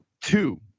two